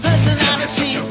Personality